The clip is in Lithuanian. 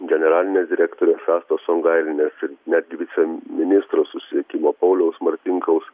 generalinės direktorės astos sungailienės ir netgi viceministro susisiekimo pauliaus martinkaus